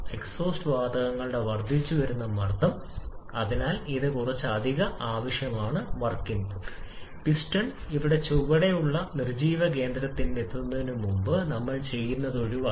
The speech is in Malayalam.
കാരണം പ്രായോഗിക എഞ്ചിനിൽ മീഥെയ്ൻ ഉദ്വമനം നടത്തുന്നതിന് നമുക്ക് ശുദ്ധമായ ഓക്സിജൻ വിതരണം ചെയ്യാൻ കഴിയില്ല വായുവും വായുവും ഓക്സിജന്റെയും നൈട്രജന്റെയും സംയോജനമായി ദൃശ്യവൽക്കരിക്കാനാകും